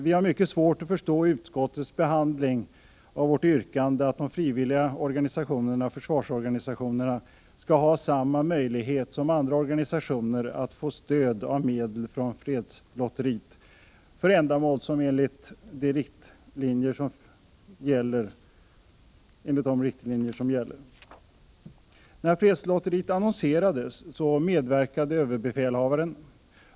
Vi har mycket svårt att förstå utskottets behandling av vårt yrkande att de frivilliga försvarsorganisationerna skall ha samma möjlighet som andra organisationer att få stöd av medel från fredslotteriet för ändamål som överensstämmer med de riktlinjer som gäller. När fredslotteriet annonserades medverkade överbefälhavaren.